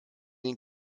den